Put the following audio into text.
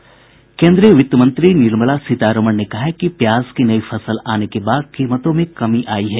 केन्द्रीय वित्त मंत्री निर्मला सीतारमन ने कहा है कि प्याज की नई फसल आने के बाद कीमतों में कमी आयी है